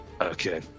Okay